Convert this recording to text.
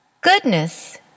Goodness